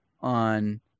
on